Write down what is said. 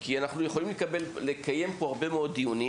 כי אנחנו יכולים לקיים פה הרבה מאוד דיונים